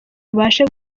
rubashe